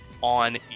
on